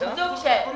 סוג של.